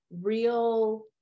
real